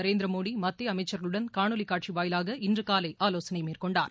நரேந்திரமோடி மத்தியஅமைச்சர்களுடன் காணொலிக் திரு காட்சிவாயிலாக இன்றுகாலைஆலோசனைமேற்கொண்டார்